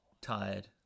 tired